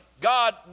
God